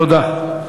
תודה.